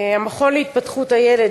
המכון להתפתחות הילד,